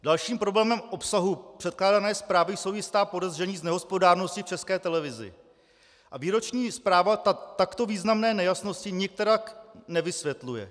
Dalším problémem obsahu předkládané zprávy jsou jistá podezření z nehospodárnosti v České televizi a výroční zpráva takto významné nejasnosti nikterak nevysvětluje.